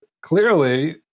clearly